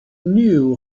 knew